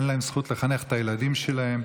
אין להם זכות לחנך את הילדים שלהם.